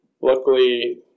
luckily